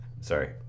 sorry